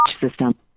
system